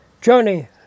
Johnny